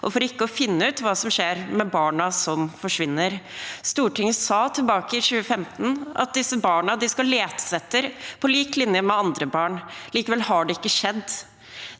og for ikke å finne ut hva som skjer med barna som forsvinner. Stortinget sa tilbake i 2015 at disse barna skal letes etter, på lik linje med andre barn. Likevel har det ikke skjedd.